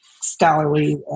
scholarly